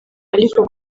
aliko